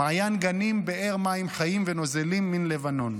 "מעין גנים באר מים חיים ונזלים מן לבנון".